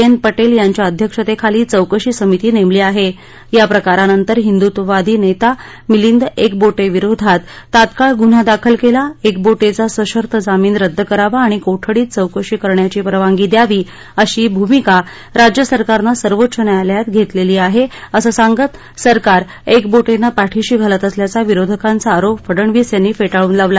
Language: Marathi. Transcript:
एन पटेल यांच्या अध्यक्षतेखाली चौकशी समिती नेमली आहे या प्रकारानंतर हिंदुत्ववादी नेता मिलिंद एकबोटेविरोधात तात्काळ गुन्हा दाखल केला एकबोटेचा सशर्त जामीन रद्द करावा आणि कोठडीत चौकशी करण्याची परवानगी द्यावी अशी भूमिका राज्य सरकारनं सर्वोच्च न्यायालयात घेतलेली आहे असं सांगत सरकार एकबोटेना पाठीशी घालत असल्याचा विरोधकांचा आरोप फडणवीस यांनी फेटाळून लावला